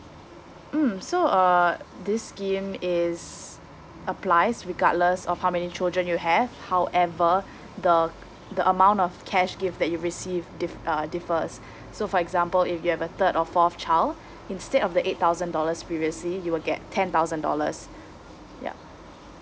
mm so uh this scheme is applies regardless of how many children you have however the the amount of cash gift that you received diff~ uh differs so for example if you have a third or fourth child instead of the eight thousand dollars previously you will get ten thousand dollars yup